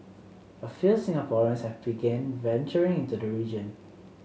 a few Singaporeans have begun venturing into the region